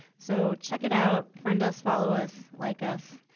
so check it out. friend us, follow us, like us,